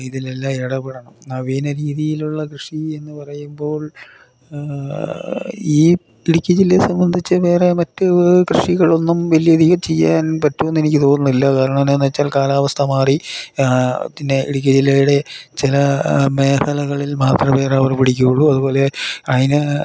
ഇതിലെല്ലാം ഇടപെടണം നവീന രീതിയിലുള്ള കൃഷി എന്നു പറയുമ്പോൾ ഈ ഇടുക്കി ജില്ലയെ സംബന്ധിച്ച് വേറെ മറ്റു കൃഷികളൊന്നും വലിയധികം ചെയ്യാൻ പറ്റുമെന്നെനിക്ക് തോന്നുന്നില്ല കാരണം എന്നാന്നു വെച്ചാൽ കാലാവസ്ഥ മാറി പിന്നെ ഇടുക്കി ജില്ലയുടെ ചില മേഖലകളിൽ മാത്രം വേരുകൾ പിടിക്കൂള്ളൂ അതുപോലെ അതിന്